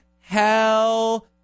Hell